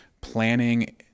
planning